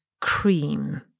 cream